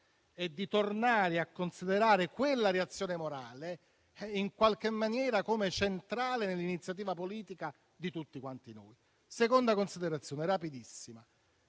e tornare a considerare quella reazione morale in qualche maniera come centrale nell'iniziativa politica di tutti quanti noi. Seconda considerazione: credo